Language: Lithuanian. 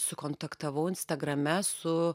sukontaktavau instagrame su